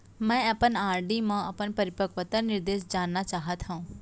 मै अपन आर.डी मा अपन परिपक्वता निर्देश जानना चाहात हव